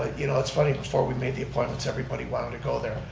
you know it's funny before we made the appointments, everybody wanted to go there.